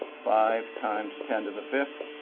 five times ten to the fifth